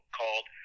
called